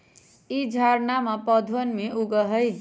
ई झाड़नमा पौधवन में उगा हई